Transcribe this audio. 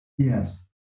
Yes